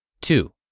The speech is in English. Two